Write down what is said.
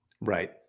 Right